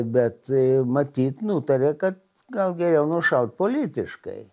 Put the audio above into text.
bet matyt nutarė kad gal geriau nušaut politiškai